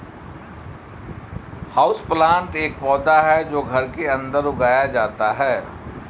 houseplant एक पौधा है जो घर के अंदर उगाया जाता है